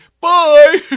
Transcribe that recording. Bye